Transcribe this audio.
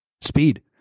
Speed